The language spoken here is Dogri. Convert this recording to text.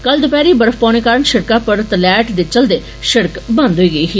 कल दपैह्री बर्फ पौने कारण षिड़का पर तलैट दे चलदे षिड़क बंद होई गेदी ही